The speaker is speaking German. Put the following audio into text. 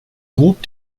grub